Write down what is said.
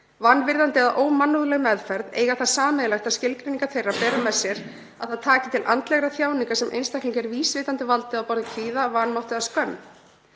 Vanvirðandi eða ómannleg meðferð eiga það sameiginlegt að skilgreiningar þeirra bera með sér að það taki til andlegra þjáninga sem einstaklingi er vísvitandi valdið á borð við kvíða, vanmátt eða skömm.